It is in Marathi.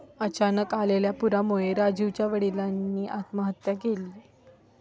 अचानक आलेल्या पुरामुळे राजीवच्या वडिलांनी आत्महत्या केली